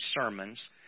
sermons